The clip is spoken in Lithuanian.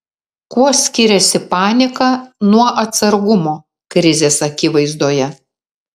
kuo skiriasi panika nuo atsargumo krizės akivaizdoje